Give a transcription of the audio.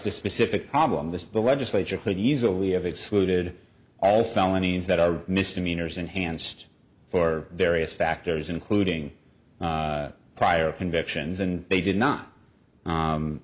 the specific problem that the legislature could easily have excluded all felonies that are misdemeanors enhanced for various factors including prior convictions and they did not